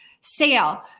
sale